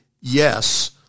yes